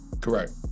Correct